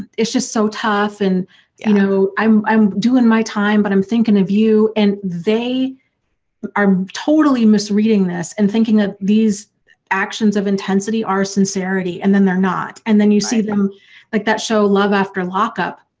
it's just so tough and you know i'm i'm doing my time, but i'm thinking of you and they are totally miss reading this and thinking that these actions of intensity, our sincerity and then they're not and then you see them like that show love after lockup,